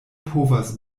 povas